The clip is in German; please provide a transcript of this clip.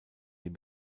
dem